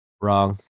Wrong